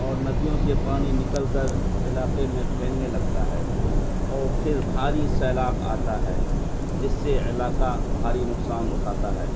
اور ندیوں سے پانی نکل کر علاقے میں پھیلنے لگتا ہے اور پھر بھاری سیلاب آتا ہے جس سے علاقہ بھاری نقصان اٹھاتا ہے